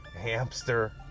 hamster